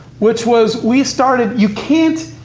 which was we started you can't,